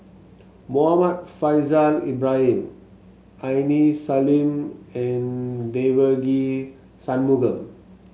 Muhammad Faishal Ibrahim Aini Salim and Devagi Sanmugam